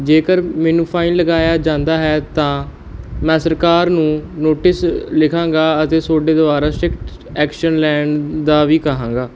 ਜੇਕਰ ਮੈਨੂੰ ਫਾਈਨ ਲਗਾਇਆ ਜਾਂਦਾ ਹੈ ਤਾਂ ਮੈਂ ਸਰਕਾਰ ਨੂੰ ਨੋਟਿਸ ਲਿਖਾਂਗਾ ਅਤੇ ਤੁਹਾਡੇ ਦੁਆਰਾ ਸਟਰੀਕਟ ਐਕਸ਼ਨ ਲੈਣ ਦਾ ਵੀ ਕਹਾਂਗਾ